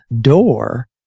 door